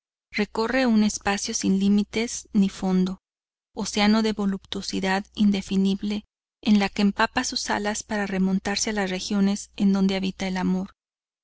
recorre un espacio sin limites ni fondo océano de voluptuosidad indefinible en el que empapa sus alas para remontarse a las regiones en donde habita el amor